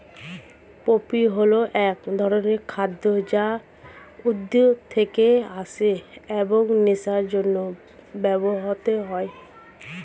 poppy হল এক ধরনের খাদ্য যা উদ্ভিদ থেকে আসে এবং নেশার জন্য ব্যবহৃত হয়